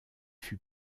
fut